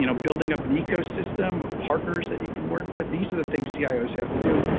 you know building up an ecosystem of partners that you can work with, these are the things cios have to do,